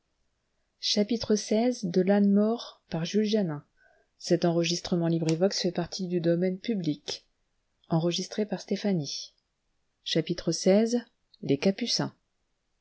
infamant des capucins